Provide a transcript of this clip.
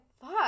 fuck